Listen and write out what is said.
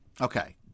Okay